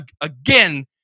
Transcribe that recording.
again